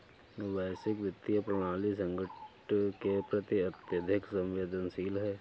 वैश्विक वित्तीय प्रणाली संकट के प्रति अत्यधिक संवेदनशील है